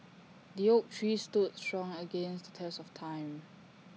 the oak tree stood strong against the test of time